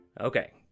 Okay